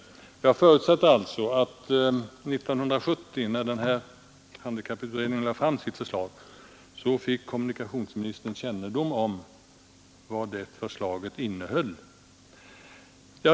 Jag förutsätter alltså att när handikapputredningen lade fram sitt förslag 1970 fick kommunikationsministern kännedom om vad det innehöll.